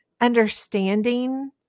understanding